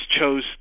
chose